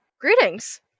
greetings